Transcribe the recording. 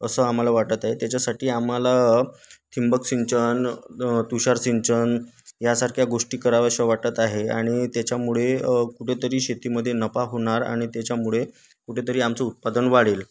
असं आम्हाला वाटत आहे त्याच्यासाठी आम्हाला ठिबक सिंचन तुषार सिंचन यासारख्या गोष्टी कराव्याशा वाटत आहे आणि त्याच्यामुळे कुठे तरी शेतीमध्ये नफा होणार आणि त्याच्यामुळे कुठे तरी आमचं उत्पादन वाढेल